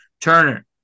Turner